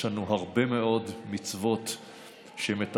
יש לנו הרבה מאוד מצוות שמטפלות